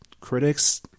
critics